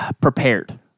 prepared